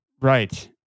Right